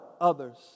others